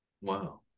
Wow